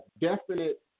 definite